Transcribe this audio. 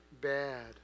bad